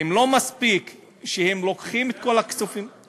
לא מספיק שהם לוקחים את כל הכספים, למה,